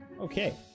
Okay